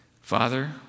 Father